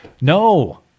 No